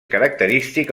característic